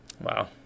Wow